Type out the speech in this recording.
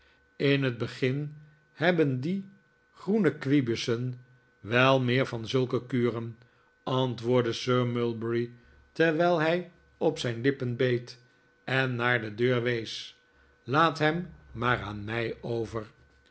in het begin hebben die groene kwibussen wel meer van zulke kuren antwoordde sir mulberry terwijl hij op zijn lippen beet en naar de deur wees laat hem maar aan mij over